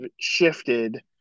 shifted